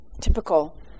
typical